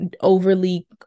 overly